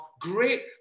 great